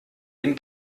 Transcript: den